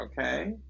okay